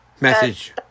message